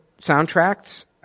soundtracks